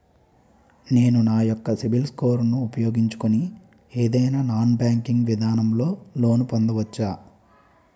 నేను నా యెక్క సిబిల్ స్కోర్ ను ఉపయోగించుకుని ఏదైనా నాన్ బ్యాంకింగ్ విధానం లొ లోన్ పొందవచ్చా?